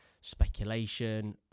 speculation